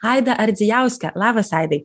aidą ardzijauską labas aidai